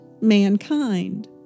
mankind